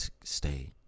stay